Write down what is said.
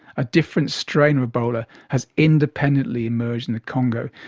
a different strain of ebola has independently emerged in the congo,